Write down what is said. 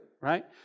right